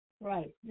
right